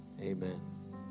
Amen